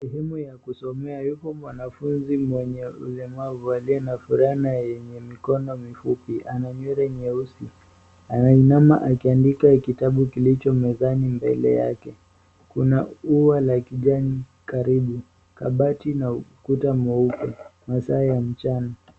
Sehemu ya kusomea yuko mwanafunzi mwenye ulemavu aliye na fulana yenye mkono mifupi ana nywele nyeusi anainama akiandika kitabu kilicho mezani mbele yake, kuna ua la kijani karibu kabati na ukuta mweupe masaa ya mchana.